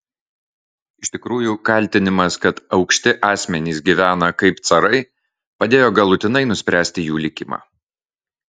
iš tikrųjų kaltinimas kad aukšti asmenys gyvena kaip carai padėjo galutinai nuspręsti jų likimą